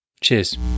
Cheers